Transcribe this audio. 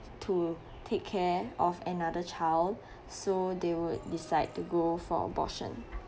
to take care of another child so they would decide to go for abortion